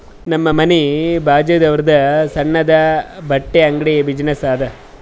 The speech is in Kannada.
ನಮ್ ಮನಿ ಬಾಜುದಾವ್ರುದ್ ಸಣ್ಣುದ ಬಟ್ಟಿ ಅಂಗಡಿ ಬಿಸಿನ್ನೆಸ್ ಅದಾ